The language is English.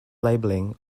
labeling